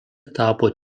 tapo